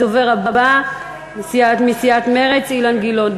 הדובר הבא, מסיעת מרצ, אילן גילאון.